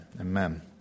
Amen